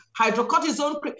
hydrocortisone